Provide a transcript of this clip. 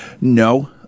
No